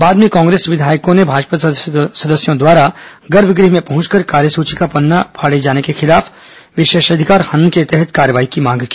बाद में कांग्रेस विधायकों ने भाजपा सदस्यों द्वारा गर्भगृह में पहुंचकर कार्यसूची का पन्ना फाड़े जाने के खिलाफ विशेषाधिकार हनन के तहत कार्रवाई की मांग की